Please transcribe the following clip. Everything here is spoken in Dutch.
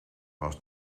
was